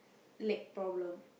leg problem